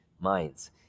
minds